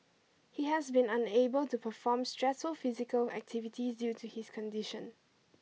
he has been unable to perform stressful physical activities due to his condition